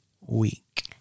week